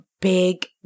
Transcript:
big